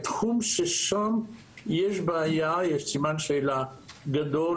תחום שיש בו סימן שאלה גדול,